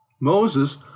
Moses